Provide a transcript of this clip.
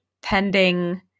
pending